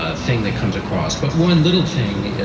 ah thing that comes across. but one little thing.